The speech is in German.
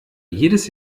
jedes